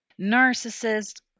Narcissist